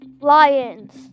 Lions